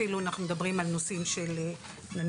אפילו אם אנחנו מדברים על נושאים של נניח,